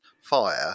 fire